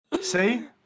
see